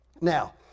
Now